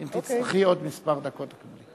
אם תצטרכי עוד כמה דקות, תקבלי.